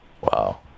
Wow